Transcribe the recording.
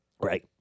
Right